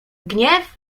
gniew